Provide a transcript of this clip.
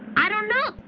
i don't know.